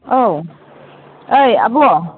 औ ओइ आब'